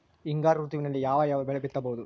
ಹಿಂಗಾರು ಋತುವಿನಲ್ಲಿ ಯಾವ ಯಾವ ಬೆಳೆ ಬಿತ್ತಬಹುದು?